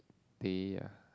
teh ah